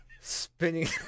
spinning